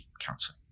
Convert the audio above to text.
cancer